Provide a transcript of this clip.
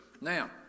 now